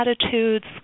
attitudes